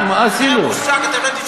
איזה שקר, שקר וכזב.